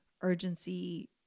urgency